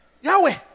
Yahweh